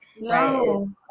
No